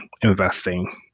investing